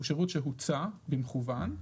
הוא שירות שהוצא במכוון.